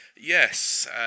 yes